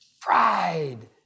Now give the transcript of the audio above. pride